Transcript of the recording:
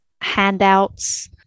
handouts